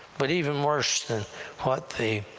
but even worse than what the